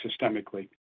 systemically